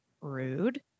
Rude